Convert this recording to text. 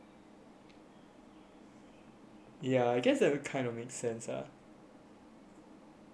ya I guess that kinda makes sense sia you actually speak dialect